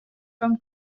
from